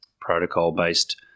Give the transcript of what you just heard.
protocol-based